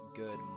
good